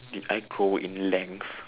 did I grow in length